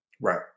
Right